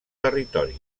territori